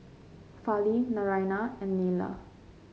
Fali Naraina and Neila